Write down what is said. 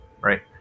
right